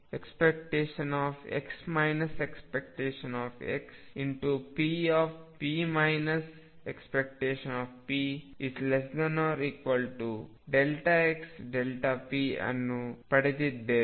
⟨x ⟨x⟩p ⟨p⟩⟩xpಅನ್ನು ಪಡೆದಿದ್ದೇವೆ